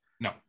No